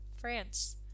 France